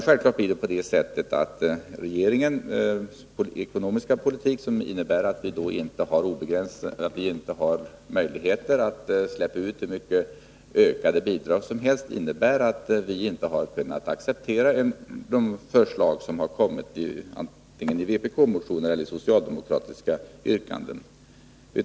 Självfallet har regeringens ekonomiska politik, som innebär att det inte finns möjligheter att släppa ut hur mycket ökade bidrag som helst, medfört att vi inte har kunnat acceptera de förslag som kommit fram antingen i vpk-motioner eller i socialdemokratiska yrkanden.